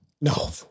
No